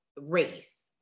race